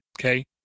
okay